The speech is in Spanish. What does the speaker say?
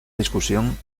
discusión